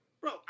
Bro